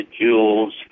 jewels